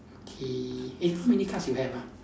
okay eh how may cards you have ah